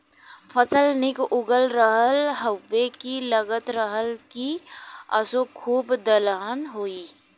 फसल निक उगल रहल हउवे की लगत रहल की असों खूबे दलहन होई